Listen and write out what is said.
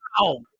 wow